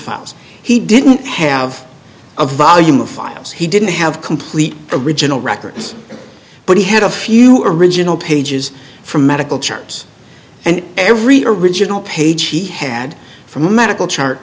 files he didn't have a volume of files he didn't have complete original records but he had a few original pages from medical charts and every original page he had from the medical chart